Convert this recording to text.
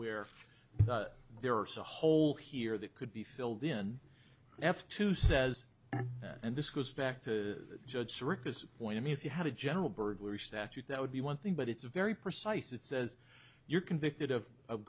where there are so whole here that could be filled in f two says and this goes back to judge circus point i mean if you had a general burglary statute that would be one thing but it's very precise it's as you're convicted of